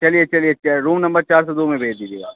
चलिए चलिए room number चार सौ दो में भेज दीजिएगा आप